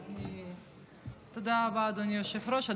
תודה רבה, אדוני היושב-ראש.